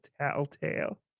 telltale